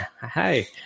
Hi